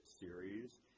series